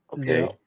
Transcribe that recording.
Okay